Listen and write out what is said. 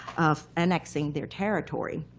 of annexing their territory.